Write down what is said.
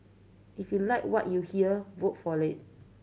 if you like what you hear vote for it